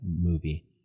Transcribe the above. movie